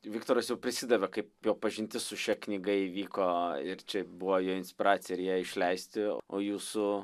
viktoras jau prisidavė kaip jo pažintis su šia knyga įvyko ir čia buvo jo inspiracija ir ją išleisti o jūsų